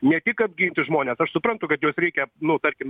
ne tik apginti žmones aš suprantu kad juos reikia nu tarkim